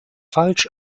falsch